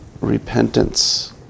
repentance